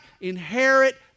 inherit